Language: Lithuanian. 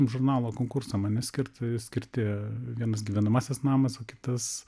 žurnalo konkursam ane skirta skirti vienas gyvenamasis namas o kitas